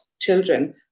children